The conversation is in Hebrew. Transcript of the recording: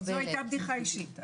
אישית.